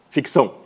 Ficção